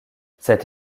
cette